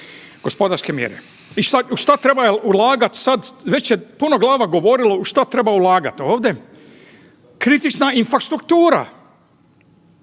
Gospodarske mjere i u šta treba ulagat sada, već je puno glava govorilo u šta treba ulagati ovdje. Kritična infrastruktura,